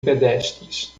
pedestres